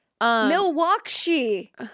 Milwaukee